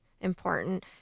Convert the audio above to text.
important